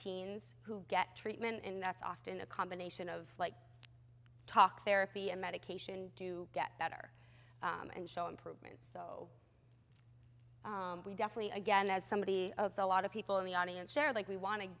teens who get treatment and that's often a combination of like talk therapy and medication do get better and show improvement so we definitely again as somebody a lot of people in the audience share like we want to